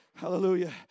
Hallelujah